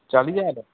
चाली ज्हार